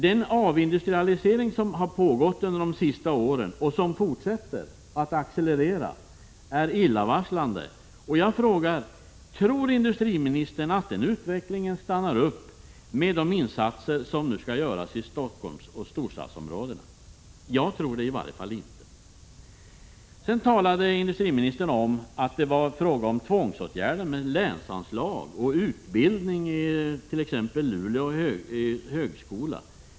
Den avindustrialisering som har pågått de senaste åren och som fortsätter att accelerera är illavarslande. Jag frågar: Tror industriministern att den utvecklingen stannar upp genom de insatser som nu skall göras i Stockholm och storstadsområdena? Jag tror det i varje fall inte. Industriministern nämnde att det var fråga om tvångsåtgärder med länsanslag och utbildning vid t.ex. Luleå högskola.